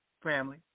family